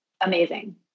amazing